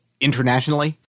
internationally